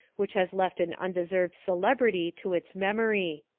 which has left an undeserved celebrity to its memory.